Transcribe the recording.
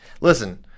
listen